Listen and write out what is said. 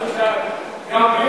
אל תדאג,